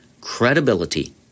credibility